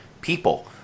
people